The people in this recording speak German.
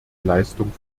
leistung